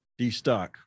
destock